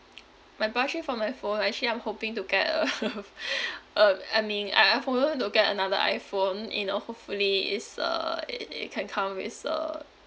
my budget for my phone I actually I'm hoping to get a uh I mean I I'm hoping to get another iphone you know hopefully is a it it can come with uh